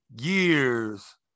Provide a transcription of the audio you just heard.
years